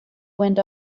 went